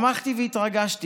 שמחתי והתרגשתי